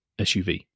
suv